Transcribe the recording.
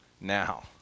Now